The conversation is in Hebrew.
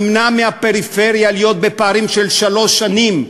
נמנע מהפריפריה להיות בפערים של שלוש שנים,